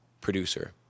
producer